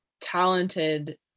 talented